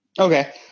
Okay